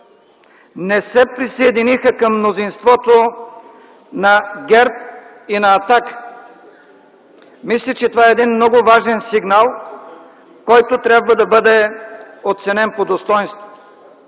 не се присъединиха към мнозинството на ГЕРБ и на „Атака”. Мисля, че това е един много важен сигнал, който трябва да бъде оценен по достойнство.